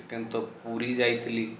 second ତ ପୁରୀ ଯାଇଥିଲି